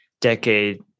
decade